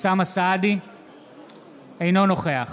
אינו נוכח